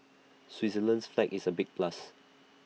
Switzerland's flag is A big plus